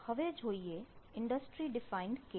તો હવે જોઈએ ઇન્ડસ્ટ્રી ડિફાઇન્ડ k